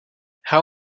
how